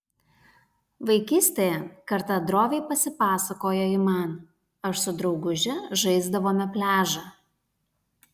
vaikystėje kartą droviai pasipasakojo ji man aš su drauguže žaisdavome pliažą